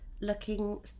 looking